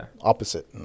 Opposite